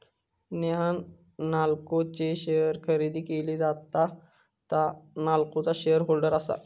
नेहान नाल्को चे शेअर खरेदी केले, आता तां नाल्कोचा शेअर होल्डर आसा